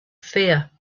fear